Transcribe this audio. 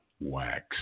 wax